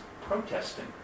protesting